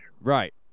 Right